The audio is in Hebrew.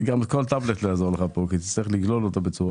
גם טבלט לא יעזור לך כאן כי תצטרך לגלול אותו.